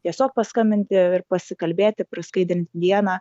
tiesiog paskambinti ir pasikalbėti praskaidrinti dieną